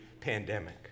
pandemic